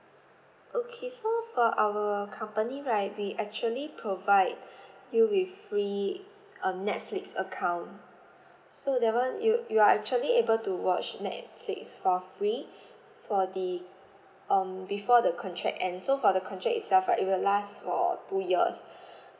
okay so for our company right we actually provide you with free um netflix account so that one you you are actually able to watch netflix for free for the um before the contract end so for the contract itself right it will last for two years